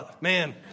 man